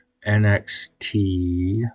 NXT